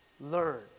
Learn